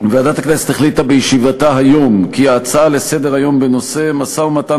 ועדת הכנסת החליטה בישיבתה היום כי ההצעה לסדר-היום בנושא: משא-ומתן